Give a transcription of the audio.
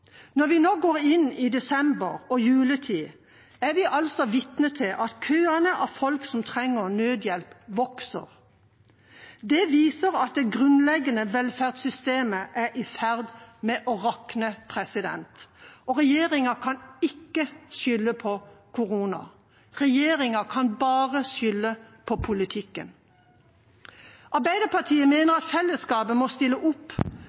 Når vi nå går inn i desember og juletid, er vi altså vitne til at køene av folk som trenger nødhjelp, vokser. Det viser at det grunnleggende velferdssystemet er i ferd med å rakne, og regjeringa kan ikke skylde på korona, regjeringa kan bare skylde på politikken. Arbeiderpartiet mener at fellesskapet må stille opp